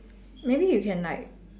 maybe you can like